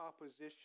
opposition